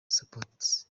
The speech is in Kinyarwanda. supt